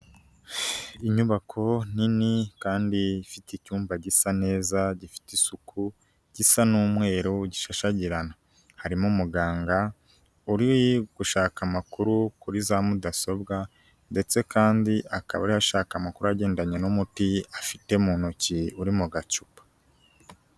Inyubako nini kandi ifite icyumba gisa neza gifite isuku gisa n'umweru gishashagirana, harimo umuganga uri gushaka amakuru kuri za mudasobwa ndetse kandi akaba yashaka amakuru agendanye n'umuti afite mu ntoki uri mu gacupa.